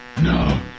No